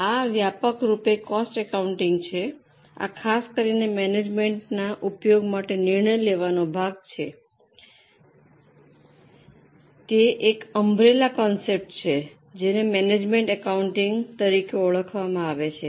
આ વ્યાપક રૂપે કોસ્ટ એકાઉન્ટિંગ છે આ ખાસ કરીને મેનેજમેન્ટના ઉપયોગ માટે નિર્ણય લેવાનો ભાગ છે તેથી ત્યાં એક અમરેલા કોન્સપ્ત છે જેને મેનેજમેન્ટ એકાઉન્ટિંગ તરીકે ઓળખવામાં આવે છે